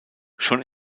schon